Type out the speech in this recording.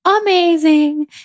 amazing